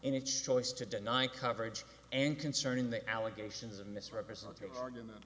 its choice to deny coverage and concerning the allegations of misrepresentation argument